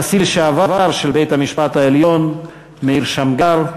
הנשיא לשעבר של בית-המשפט העליון מאיר שמגר,